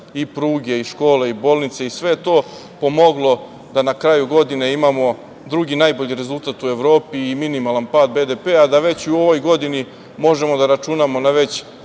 i pruge i škole i bolnice i sve je to pomoglo da na kraju godine imamo drugi najbolji rezultat u Evropi i minimalan pad BDP, a da već u ovoj godini možemo da računamo na već